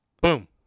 boom